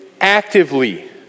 actively